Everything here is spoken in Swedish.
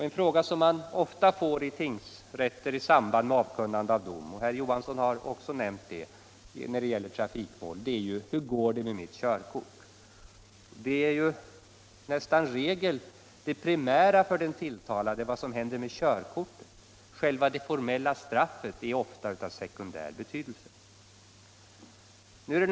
En fråga man ofta får i tingsrätter i samband med avkunnande av dom i trafikmål — också det har nämnts av herr Johansson — är: Hur går det med mitt körkort? Vad som händer med körkortet är nästan som regel det primära för den tilltalade. Själva det formella straffet är ofta av sekundär betydelse.